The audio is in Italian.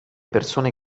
persone